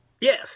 Yes